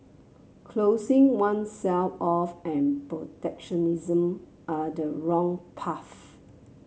closing oneself off and protectionism are the wrong path